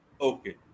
Okay